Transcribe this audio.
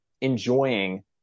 enjoying